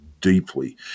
deeply